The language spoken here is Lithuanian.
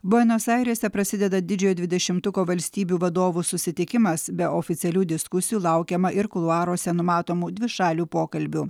buenos airėse prasideda didžiojo dvidešimtuko valstybių vadovų susitikimas be oficialių diskusijų laukiama ir kuluaruose numatomų dvišalių pokalbių